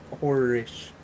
horror-ish